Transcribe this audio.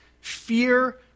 Fear